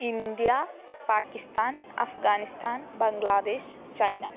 India Pakistan Afghanistan Bangladesh China